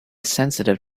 sensitive